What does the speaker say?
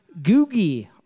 Googie